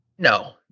No